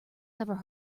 never